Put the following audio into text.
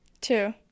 Two